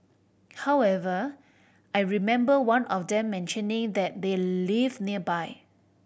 however I remember one of them mentioning that they live nearby